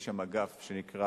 יש שם אגף שנקרא